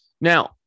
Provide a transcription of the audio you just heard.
Now